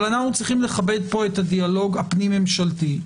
אבל אנחנו צריכים לכבד פה את הדיאלוג הפנים ממשלתי.